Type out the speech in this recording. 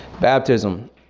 Baptism